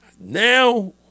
Now